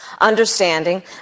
understanding